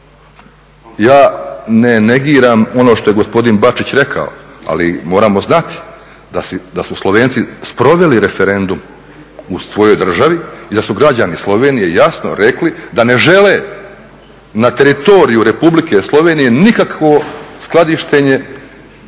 Ja ne negiram ono što je gospodin Bačić rekao, ali moramo znati da su Slovenci sproveli referendum u svojoj državi i da su građani Slovenije jasno rekli da ne žele na teritoriju Republike Slovenije nikakvo skladištenje